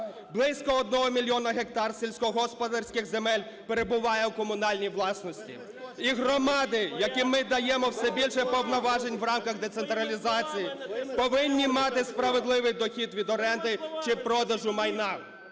Близько 1 мільйона гектарів сільськогосподарських земель перебуває у комунальній власності і громади, яким ми даємо все більше повноважень в рамках децентралізації, повинні мати справедливий дохід від оренди чи продажу майна.